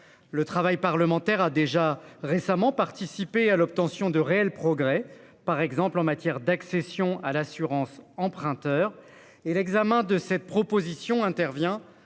Le travail parlementaire a déjà récemment participé à l'obtention de réels progrès par exemple en matière d'accession à l'assurance emprunteur et l'examen de cette proposition intervient